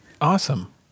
awesome